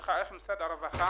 אבל זה לא עבר,